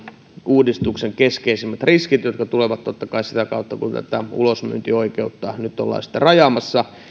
uudistuksen keskeisimmät riskit jotka tulevat totta kai sitä kautta kun tätä ulosmyyntioikeutta nyt ollaan rajaamassa